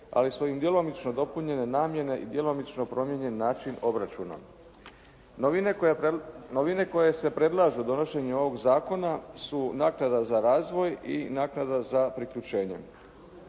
ali su i djelomično dopunjene namjene i djelomično promijenjen način obračuna. Novine koje se predlažu donošenjem ovoga zakona su naknada za razvoj i naknada za priključenje.